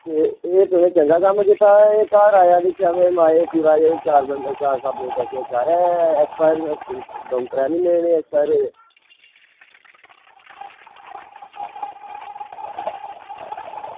एह् तुसें चंगा कम्म कीता एह् घर आया ते एह् दिक्खेआ ते चारै टिक्कियां चार साबनै दियां टिक्कियां एक्सपायर निकली आं बड़े दिन होए एक्सपायर होए दे